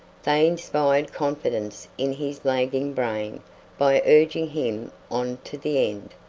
they inspired confidence in his lagging brain by urging him on to the end,